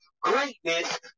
greatness